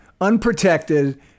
unprotected